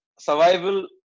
Survival